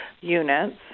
units